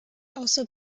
also